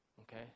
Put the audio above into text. Okay